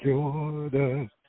Jordan